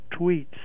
tweets